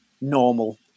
normal